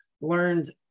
learned